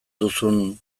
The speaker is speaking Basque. duzun